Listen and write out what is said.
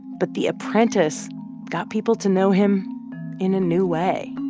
but the apprentice got people to know him in a new way.